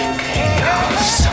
chaos